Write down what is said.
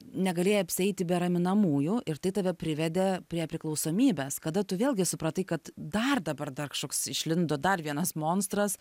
negalėjai apsieiti be raminamųjų ir tai tave privedė prie priklausomybės kada tu vėlgi supratai kad dar dabar dar kažkoks išlindo dar vienas monstras